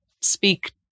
speak